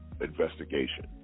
investigation